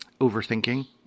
overthinking